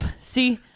See